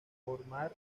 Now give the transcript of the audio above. conformar